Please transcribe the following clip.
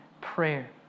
prayer